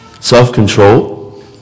Self-control